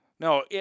No